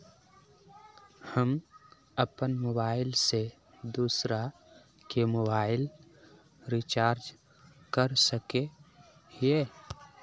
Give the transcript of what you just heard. हम अपन मोबाईल से दूसरा के मोबाईल रिचार्ज कर सके हिये?